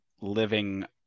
living